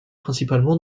principalement